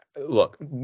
look